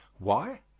why,